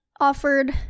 offered